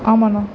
ஆமாண்ணா